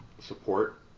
support